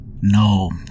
No